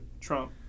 Trump